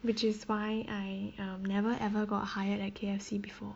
which is why I um never ever got hired at K_F_C before